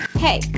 hey